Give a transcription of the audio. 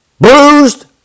bruised